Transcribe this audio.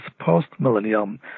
post-millennium